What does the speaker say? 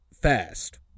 fast